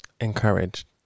Encouraged